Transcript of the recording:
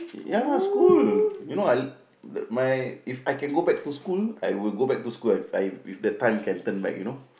ya school you know I l~ my if I can go back to school I would go back to school I I if the time can turn back you know